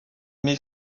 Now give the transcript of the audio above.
met